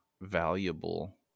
valuable